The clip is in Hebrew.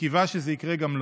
וקיווה שזה יקרה גם לו,